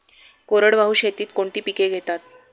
कोरडवाहू शेतीत कोणती पिके घेतात?